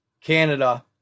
canada